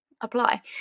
apply